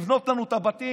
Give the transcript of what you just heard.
לבנות לנו את הבתים.